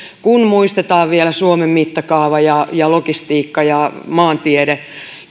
kun muistetaan vielä suomen mittakaava ja ja logistiikka ja maantiede